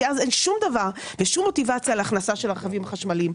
כי אז אין שום דבר ושום מוטיבציה להכנסה של רכבים חשמליים.